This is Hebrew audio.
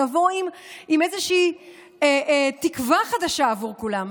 נבוא עם איזושהי תקווה חדשה עבור כולם,